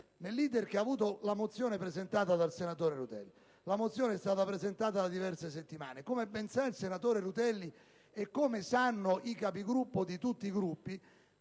nell'*iter* che ha avuto la mozione presentata dal senatore Rutelli. Questa mozione è stata presentata da diverse settimane. Come ben sa il senatore Rutelli e come sanno i Capigruppo di tutti i Gruppi,